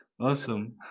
awesome